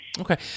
Okay